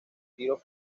tiro